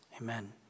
Amen